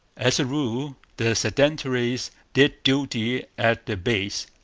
as a rule, the sedentaries did duty at the base,